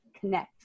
connect